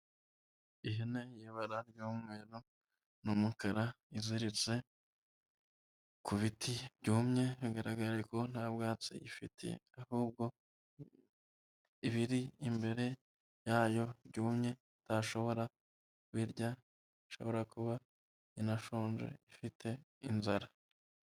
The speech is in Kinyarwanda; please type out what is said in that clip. Ihene y'ibabara ry'umweru n'umukara iziritse ku biti byumye, bigaragara ko nta bwatsi ifite, ahubwo ibiri imbere yayo byumye itashobora kubirya, ishobora kuba inashonje ifite inzara.